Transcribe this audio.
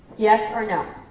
yes or no.